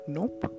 Nope